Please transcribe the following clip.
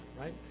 right